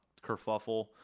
kerfuffle